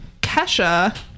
Kesha